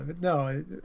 no